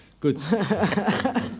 Good